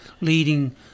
leading